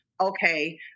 okay